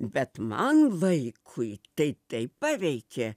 bet man vaikui tai taip paveikė